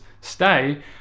stay